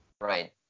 Right